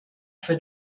fait